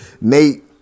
Nate